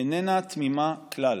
איננה תמימה כלל.